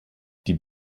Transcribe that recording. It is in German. die